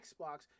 Xbox